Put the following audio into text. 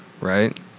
right